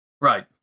Right